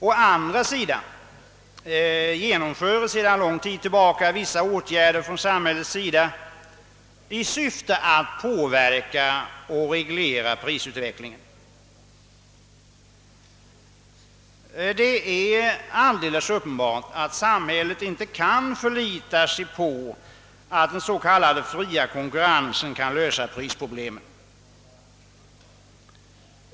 Å andra sidan genomförs sedan lång tid tillbaka vissa åtgärder från samhällets sida i syfte att påverka och reglera prisutvecklingen. Det är alldeles uppenbart att samhället inte kan förlita sig på att den s.k. fria konkurrensen skall lösa prisproblemen.